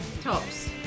tops